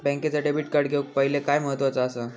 बँकेचा debit card घेउक पाहिले काय महत्वाचा असा?